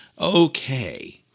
Okay